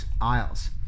aisles